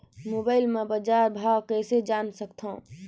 Mobile म बजार भाव कइसे जान सकथव?